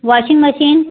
washing machine